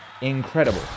Incredible